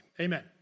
Amen